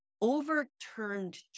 overturned